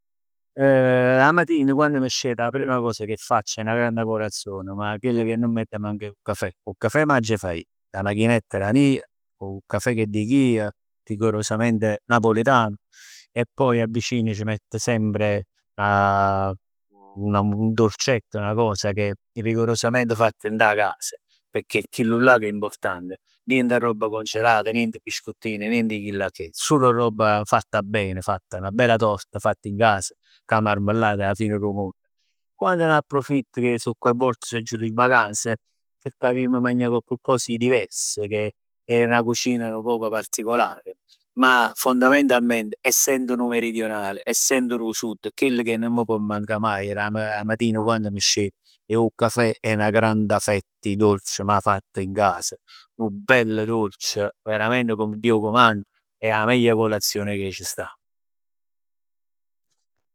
'A matin quand m' scet 'a prima cos che faccio è 'na granda colazione, ma chell che nun m'adda mancà è 'o cafè, 'o cafè m'aggià fà ij, cu 'a machinett dà meja, 'o cafè che dic ij. Rigorosamente napoletano e poi vicin c' mett semp 'a un dolcetto, coccos che è rigorosament fatt dint 'a cas, pecchè è chillullà che è importante. Nè roba congelata, niente biscuttin, nient 'e chillillà che, sul robb fatta bene, 'na bella torta fatta in casa, cu 'a marmellat è 'a fine dò munn. Quand ne approfitto che sò coinvolt e aggio jut in vacanza, pò capità ca m' magn coccos 'e divers, che è 'na cucina nu poc particolare, ma fondamentalmente essendo nu meridionale, essendo dò Sud, chell cà nun m' pò mancà maje dà 'a matin quann m' scet è 'o cafè e 'na granda fett 'e dolce, ma fatt in casa, 'nu bell dolce veramente come Dio comanda è 'a megl colazione cà c' sta.